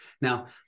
Now